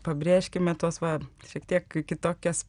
pabrėžkime tuos va šiek tiek kitokias